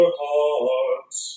hearts